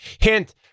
hint